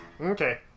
Okay